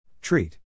Treat